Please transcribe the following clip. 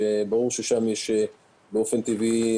שם יש הדבקות באופן טבעי,